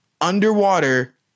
underwater